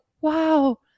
wow